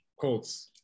Colts